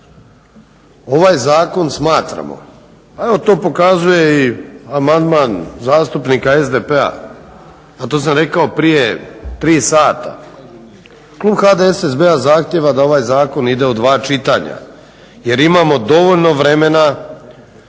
Ovaj zakon smatramo, a evo to pokazuje i amandman zastupnika SDP-a, a to sam rekao prije tri sata, klub HDSSB-a zahtijeva da ovaj zakon ide u dva čitanja jer imamo dovoljno vremena